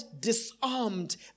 disarmed